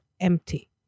empty